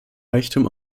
reichtum